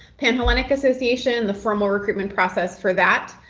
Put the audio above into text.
panhellenic association, the formal recruitment process for that,